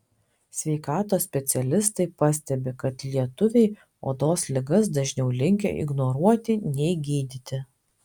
sveikatos specialistai pastebi kad lietuviai odos ligas dažniau linkę ignoruoti nei gydyti